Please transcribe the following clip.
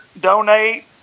donate